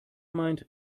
meint